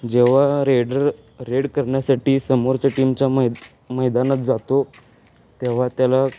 जेव्हा raider raid करण्यासाठी समोरच्या टीमच्या मैद मैदानात जातो तेव्हा त्याला